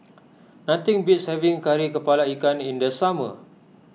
nothing beats having Kari Kepala Ikan in the summer